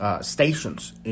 stations